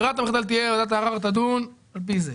ברירת המחדל תהיה שוועדת הערר תדון על פי זה,